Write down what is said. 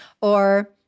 Or-